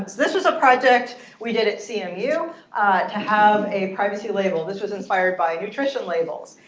this this was a project we did it cmu to have a privacy label. this was inspired by nutrition labels.